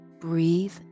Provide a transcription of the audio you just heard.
Breathe